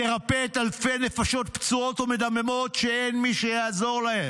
תרפא את אלפי הנפשות הפצועות ומדממות שאין מי שיעזור להן.